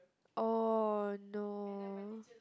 oh no